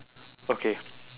okay